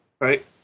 right